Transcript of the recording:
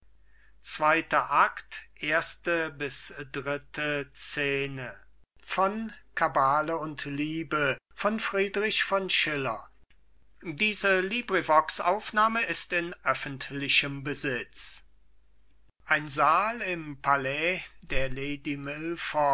akt ein saal im palais der lady